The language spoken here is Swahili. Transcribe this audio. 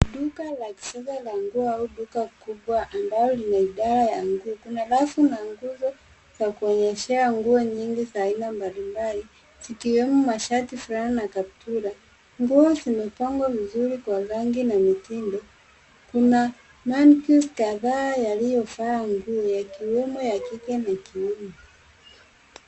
Duka la kisasa la nguo au duka kubwa ambalo lina idara ya nguo. Kuna rafu na nguzo za kuonyeshea nguo nyingi za aina mbalimbali zikiwemo mashati, fulana na kaptura. Nguo zimepangwa vizuri kwa rangi na mitindo. Kuna mannequins kadhaa yaliyovaa nguo yakiwemo ya kike na kiume.